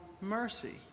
mercy